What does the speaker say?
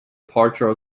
departure